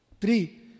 Three